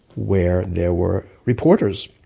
where there were reporters!